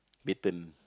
baton